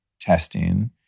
testing